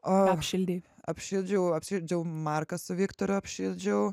o apšildei apšildžiau apšildžiau marką su viktoru apšildžiau